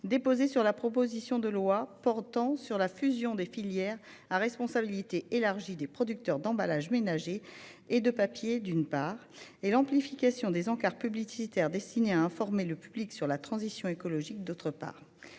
déposés sur la proposition de loi portant fusion des filières à responsabilité élargie des producteurs d'emballages ménagers et des producteurs de papier et amplification des encarts publicitaires destinés à informer le public sur la transition écologique. Le texte